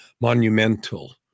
monumental